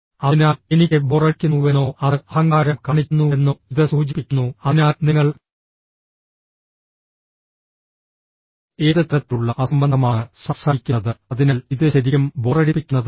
അതിനാൽ എനിക്ക് ബോറടിക്കുന്നുവെന്നോ അത് അഹങ്കാരം കാണിക്കുന്നുവെന്നോ ഇത് സൂചിപ്പിക്കുന്നു അതിനാൽ നിങ്ങൾ ഏത് തരത്തിലുള്ള അസംബന്ധമാണ് സംസാരിക്കുന്നത് അതിനാൽ ഇത് ശരിക്കും ബോറടിപ്പിക്കുന്നതാണ്